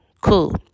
Cool